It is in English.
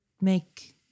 make